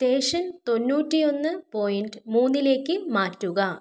station തൊണ്ണൂറ്റി ഒന്ന് point മൂന്നിലേക്ക് മാറ്റുക